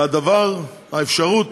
והאפשרות